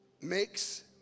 makes